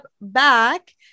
back